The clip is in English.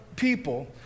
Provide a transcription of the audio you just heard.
people